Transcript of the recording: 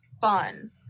fun